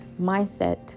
mindset